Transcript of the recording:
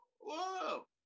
whoa